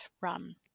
run